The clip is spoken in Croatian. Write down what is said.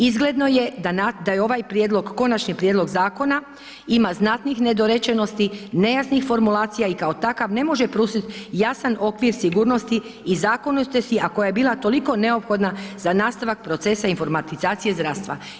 Izgledno je da je ovaj prijedlog, konačni prijedlog zakona ima znatnih nedorečenosti, nejasnih formulacija i kao takav ne može pružiti jasan okvir sigurnosti i zakonitosti a koja je bila toliko neophodna za nastavak procesa informatizacije zdravstva.